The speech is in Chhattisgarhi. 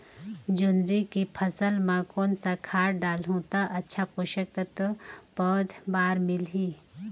जोंदरी के फसल मां कोन सा खाद डालहु ता अच्छा पोषक तत्व पौध बार मिलही?